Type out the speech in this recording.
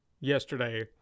yesterday